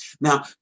Now